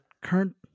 current